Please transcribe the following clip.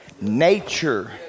Nature